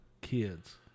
kids